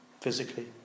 Physically